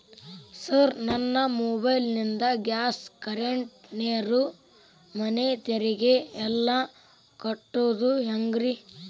Sir ನನ್ನ mobile ನಿಂದ gas, current, ನೇರು, ಮನೆ ತೆರಿಗೆ ಎಲ್ಲಾ ಕಟ್ಟೋದು ಹೆಂಗ್ರಿ?